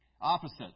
Opposite